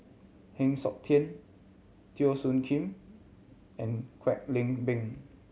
Heng Siok Tian Teo Soon Kim and Kwek Leng Beng